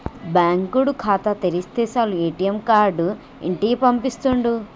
బాంకోడు ఖాతా తెరిస్తె సాలు ఏ.టి.ఎమ్ కార్డు ఇంటికి పంపిత్తుండు